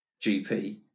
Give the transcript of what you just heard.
gp